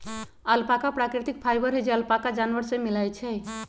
alpaca प्राकृतिक fibre हई जे अल्पाका जानवर से मिलय छइ